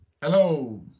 Hello